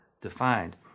defined